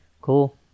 Cool